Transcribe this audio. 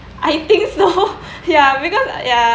I think so ya because ya